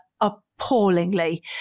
appallingly